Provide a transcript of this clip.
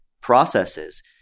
processes